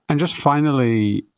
and just finally,